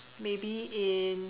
maybe in